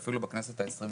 ואפילו בכנסת ה-22.